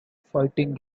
fighting